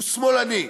הוא שמאלני.